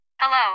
Hello